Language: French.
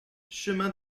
chemin